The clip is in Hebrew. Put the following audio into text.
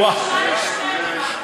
או-אה.